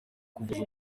kuvuza